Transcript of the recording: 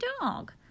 dog